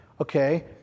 okay